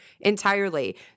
entirely